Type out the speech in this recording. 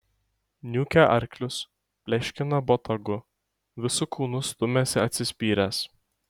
niūkia arklius pleškina botagu visu kūnu stumiasi atsispyręs